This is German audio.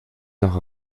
noch